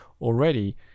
already